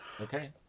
okay